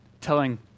telling